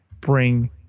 bring